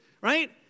right